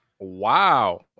Wow